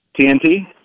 TNT